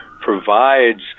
provides